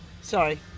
Sorry